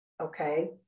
okay